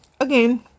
again